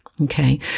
okay